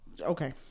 Okay